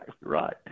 right